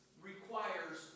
requires